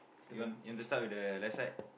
you want you want to start with the left side